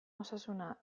osasuna